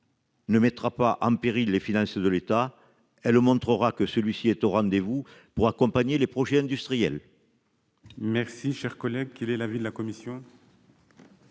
ne mettra pas en péril les finances de l'État : elle montrera juste que celui-ci est au rendez-vous pour accompagner les projets industriels. Quel est l'avis de la commission ?